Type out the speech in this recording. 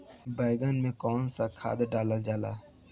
बैंगन में कवन सा खाद डालल जाला?